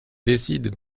décident